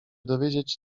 dowiedzieć